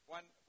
one